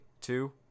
two